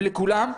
ולכולם.